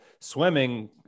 Swimming